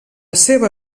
seva